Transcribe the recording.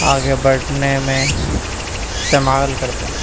آگے بڑھنے میں استعمال کرتے ہیں